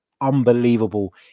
unbelievable